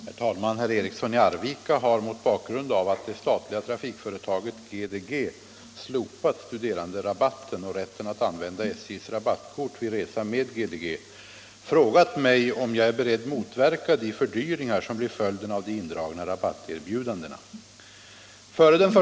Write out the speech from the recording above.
Herr talman! Herr Eriksson i Arvika har — mot bakgrund av att det statliga trafikföretaget GDG slopat studeranderabatten och rätten att använda SJ:s rabattkort vid resa med GDG - frågat mig om jag är beredd motverka de fördyringar som blir följden av de indragna rabatterbjudandena.